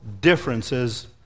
differences